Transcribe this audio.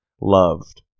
loved